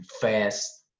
fast